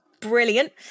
brilliant